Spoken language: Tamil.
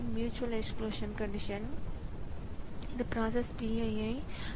பின்னர் ஆப்பரேட்டிங் ஸிஸ்டத்தால் தகுந்த நடவடிக்கை எடுக்கப்படும்